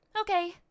Okay